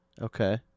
Okay